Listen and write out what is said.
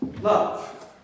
love